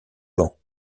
bancs